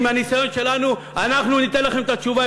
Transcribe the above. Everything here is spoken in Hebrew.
עם הניסיון שלנו אנחנו ניתן לכם את התשובה,